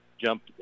jump